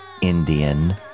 Indian